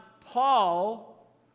Paul